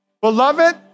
beloved